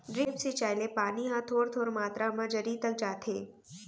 drip सिंचई ले पानी ह थोर थोर मातरा म जरी तक जाथे